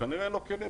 כנראה אין לו כלים,